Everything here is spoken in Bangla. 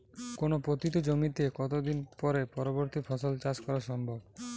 কোনো পতিত জমিতে কত দিন পরে পরবর্তী ফসল চাষ করা সম্ভব?